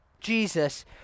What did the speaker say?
Jesus